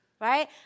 right